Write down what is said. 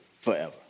forever